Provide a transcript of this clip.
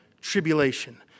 tribulation